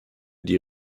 die